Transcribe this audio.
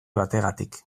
bategatik